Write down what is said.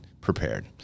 prepared